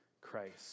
Christ